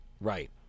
Right